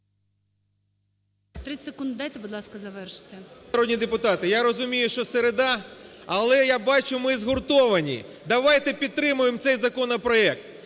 30 секунд дайте, будь ласка, завершити. ШИПКО А.Ф. Шановні народні депутати, я розумію, що середа, але я бачу, ми згуртовані. Давайте підтримаємо цей законопроект.